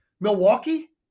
Milwaukee